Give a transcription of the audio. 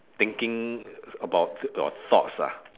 thinking about your thoughts lah